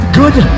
good